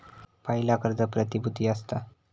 पयला कर्ज प्रतिभुती असता